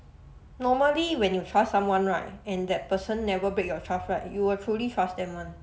normally when you trust someone right and that person never break your trust right you will truly trust them [one]